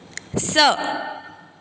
स